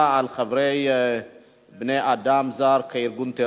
אין מתנגדים.